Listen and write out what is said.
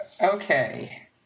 Okay